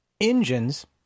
Engines